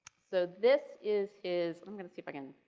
so this is his i'm going to see if i can,